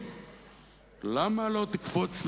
מה שידעתי לא נכון,